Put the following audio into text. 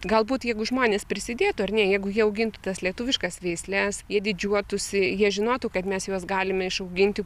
galbūt jeigu žmonės prisidėtų ar ne jeigu jie augintų tas lietuviškas veisles jie didžiuotųsi jie žinotų kad mes juos galime išauginti